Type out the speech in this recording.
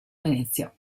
venezia